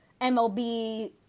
MLB